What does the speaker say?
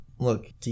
Look